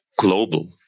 global